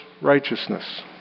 righteousness